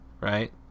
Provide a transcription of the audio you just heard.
Right